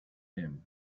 him